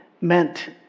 meant